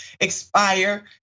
expire